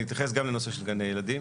אני אתייחס גם לנושא של גני הילדים.